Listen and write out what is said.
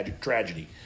tragedy